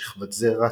שכבת זרע,